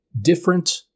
Different